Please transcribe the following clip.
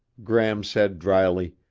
gram said dryly,